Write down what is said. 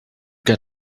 got